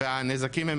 והנזקים הם